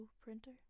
printer